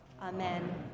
amen